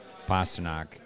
Pasternak